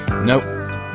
Nope